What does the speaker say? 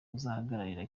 azahagararira